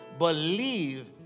believe